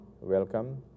welcome